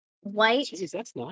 white